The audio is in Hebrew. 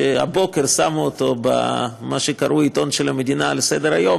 שהבוקר שמו אותו במה שקרוי "העיתון של המדינה" על סדר-היום,